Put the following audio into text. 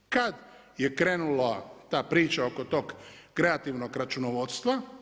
Kad je krenula ta priča oko tog kreativnog računovodstva?